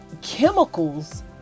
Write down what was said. chemicals